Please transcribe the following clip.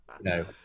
No